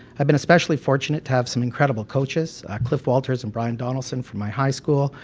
i've been especially fortunate to have some incredible coaches, cliff walters and brian donaldson from my high school,